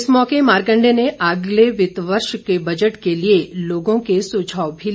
इस अवसर पर मारकंडेय ने आगामी वित्त वर्ष के बजट के लिए लोगों के सुझाव भी लिए